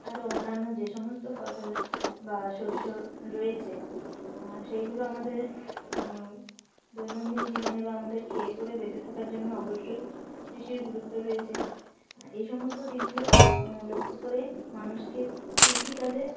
আরও অন্যান্য যে সমস্ত ফসল বা শস্য রয়েছে সেগুলো আমাদের দৈনন্দিন জীবনে বা আমাদের খেয়ে পরে বেঁচে থাকার জন্য অবশ্যই কৃষির গুরুত্ব রয়েছে এই সমস্ত দিকগুলো লক্ষ্য করে মানুষকে কৃষিকাজে